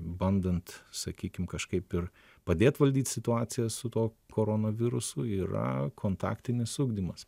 bandant sakykim kažkaip ir padėt valdyt situaciją su tuo koronavirusu yra kontaktinis ugdymas